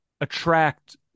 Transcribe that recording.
attract